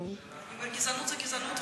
גזענות זה גזענות,